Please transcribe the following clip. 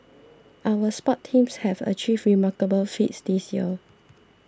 our sports teams have achieved remarkable feats this year